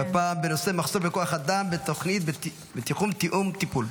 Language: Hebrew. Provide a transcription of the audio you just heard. והפעם בנושא: מחסור בכוח אדם בתוכנית תיאום טיפול.